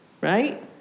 right